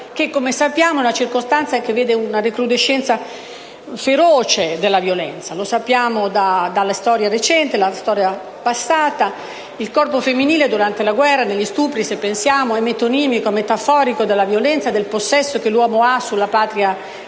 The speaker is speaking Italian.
che come sappiamo è la circostanza in cui c'è una recrudescenza feroce della violenza. Lo sappiamo dalla storia recente e quella passata: il corpo femminile durante la guerra, con gli stupri, è metonimico, metaforico della violenza e del possesso dell'uomo sulla Patria che